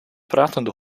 pratende